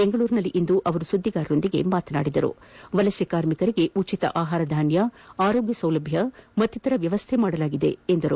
ಬೆಂಗಳೂರಿನಲ್ಲಿಂದು ಸುದ್ಲಿಗಾರರೊಂದಿಗೆ ಮಾತನಾಡಿದ ಅವರು ವಲಸೆ ಕಾರ್ಮಿಕರಿಗೆ ಉಟತ ಅಹಾರ ಧಾನ್ವ ಆರೋಗ್ವ ಸೌಲಭ್ವ ಮಕ್ತಿತರ ವ್ವವಸ್ಥೆ ಮಾಡಲಾಗಿದೆ ಎಂದರು